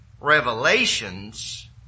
revelations